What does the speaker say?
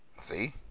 See